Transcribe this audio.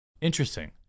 Interesting